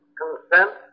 consent